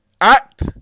act